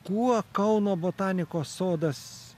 kuo kauno botanikos sodas